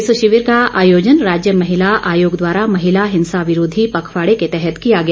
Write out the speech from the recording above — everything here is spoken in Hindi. इस शिविर का आयोजन राज्य महिला आयोग द्वारा महिला हिंसा विरोधी पखवाड़े के तहत किया गया